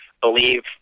believe